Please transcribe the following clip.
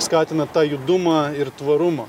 skatina tą judumą ir tvarumą